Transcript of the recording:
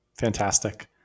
Fantastic